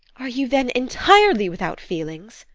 are you then entirely without feelings?